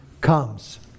comes